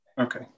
okay